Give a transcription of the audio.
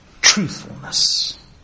truthfulness